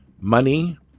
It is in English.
Money